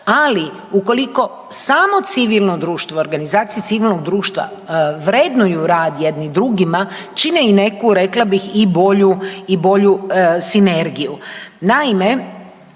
ali ukoliko samo civilno društvo, organizacija civilnog društva vrednuju rad jedni drugima, čine i neku, rekla bih, i bolju sinergiju.